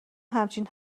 همچین